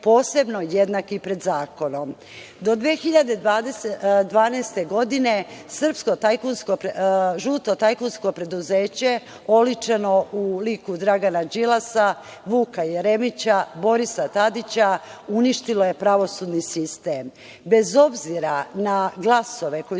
posebno jednaki pred zakonom. Do 2012. godine žuto tajkunsko preduzeće, oličeno u liku Dragana Đilasa, Vuka Jeremića, Borisa Tadića, uništilo je pravosudni sistem. Bez obzira na glasove koje